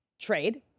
trade